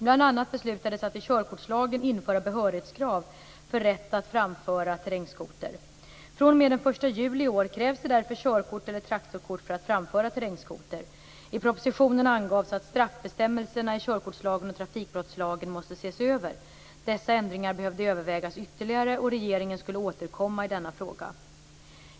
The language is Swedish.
Bl.a. beslutades att i körkortslagen införa behörighetskrav för rätt att framföra terrängskoter. fr.o.m. den 1 juli i år krävs det därför körkort eller traktorkort för att framföra terrängskoter. I propositionen angavs att straffbestämmelserna i körkortslagen och trafikbrottslagen måste ses över. Dessa ändringar behövde övervägas ytterligare, och regeringen skulle återkomma i denna fråga.